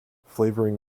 flavoring